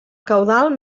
caudal